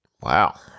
Wow